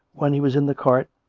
when he was in the cart,